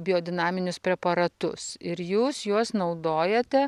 biodinaminius preparatus ir jūs juos naudojate